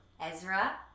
Ezra